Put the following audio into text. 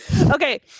Okay